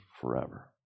forever